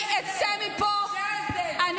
--- זה ההבדל --- זה דם שלנו, הנופלים שלנו.